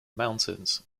mountains